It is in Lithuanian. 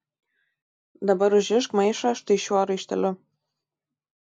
dabar užrišk maišą štai šiuo raišteliu